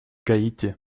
гаити